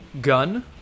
gun